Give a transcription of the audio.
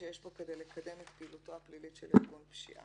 שיש בו כדי לקדם את פעילותו הפלילית של ארגון פשיעה.